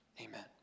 Amen